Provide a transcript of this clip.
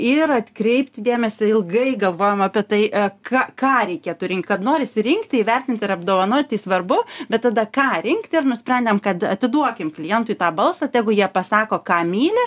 ir atkreipti dėmesį ilgai galvojom apie tai ką ką reikėtų rinkt kad norisi rinkti įvertinti ir apdovanot tei svarbu bet tada ką rinkti ir nusprendėm kad atiduokim klientui tą balsą tegu jie pasako ką myli